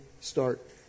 start